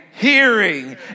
hearing